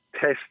test